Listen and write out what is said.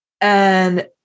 And-